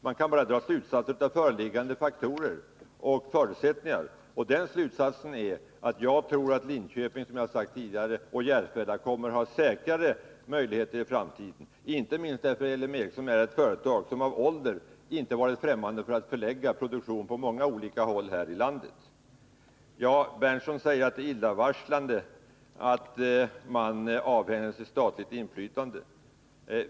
Man kan bara dra slutsatser av föreliggande fakta och förutsättningar, och min slutsats är, som jag har sagt tidigare, att Linköping och Järfälla kommer att ha säkrare möjligheter i framtiden, inte minst därför att L M Ericsson är ett företag som av ålder inte varit främmande för att förlägga produktion på många olika håll här i landet. Nils Berndtson säger att det är illavarslande att man avhänder sig statligt inflytande.